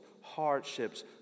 hardships